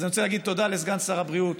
אז אני רוצה להגיד תודה לסגן שר הבריאות,